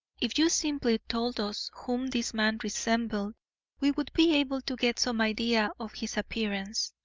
if you simply told us whom this man resembled we would be able to get some idea of his appearance.